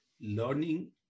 learning